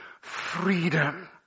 freedom